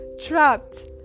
trapped